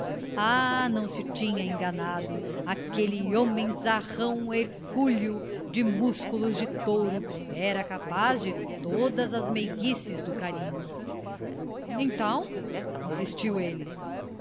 ah não se tinha enganado aquele homenzarrão hercúleo de músculos de touro era capaz de todas as meiguices do carinho então insistiu ele